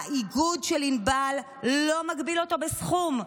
האיגוד של ענבל לא מגביל אותו בסכום.